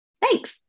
thanks